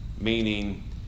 meaning